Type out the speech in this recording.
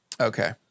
Okay